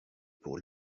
pour